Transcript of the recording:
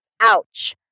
ouch